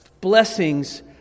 blessings